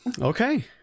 Okay